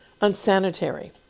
unsanitary